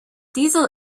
diesel